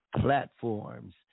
platforms